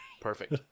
Perfect